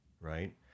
right